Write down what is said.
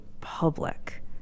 public